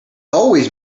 always